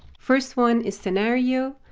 first one is scenario,